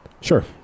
Sure